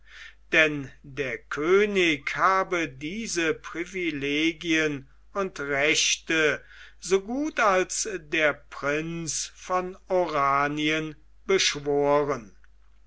denn der könig habe diese privilegien und rechte so gut als der prinz von oranien beschworen